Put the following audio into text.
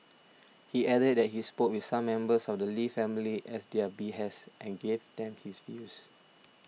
he added that he spoke with some members of the Lee family at their behest and gave them his views